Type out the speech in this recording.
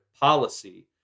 policy